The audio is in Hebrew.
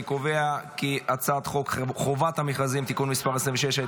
אני קובע כי הצעת חוק חובת המכרזים (תיקון מס' 26),